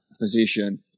position